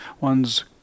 one's